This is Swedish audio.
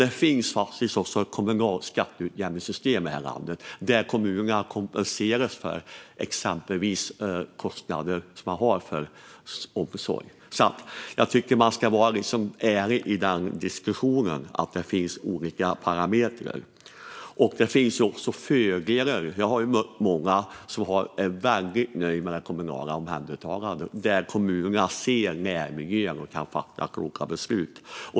Det finns faktiskt också ett kommunalt skatteutjämningssystem i det här landet där kommunerna kompenseras för exempelvis kostnader som man har för omsorg. Jag tycker att man ska vara ärlig i den här diskussionen när det gäller att det finns olika parametrar. Jag har mött många som är väldigt nöjda med det kommunala omhändertagandet - kommunerna ser närmiljön och kan fatta kloka beslut.